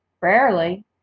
Rarely